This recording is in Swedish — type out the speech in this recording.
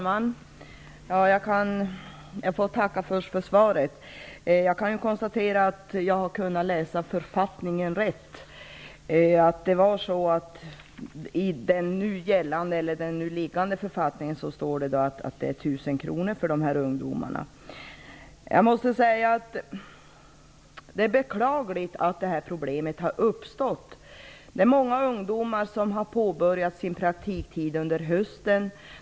Fru talman! Jag får tacka för svaret. Jag kan konstatera att jag har läst författningen rätt. I den gällande författningen framgår det att det är fråga om 1 000 kronor för ungdomarna. Det är beklagligt att problemet har uppstått. Många ungdomar har påbörjat sin praktik under hösten.